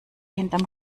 hinterm